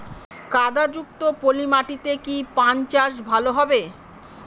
কাদা যুক্ত পলি মাটিতে কি পান চাষ ভালো হবে?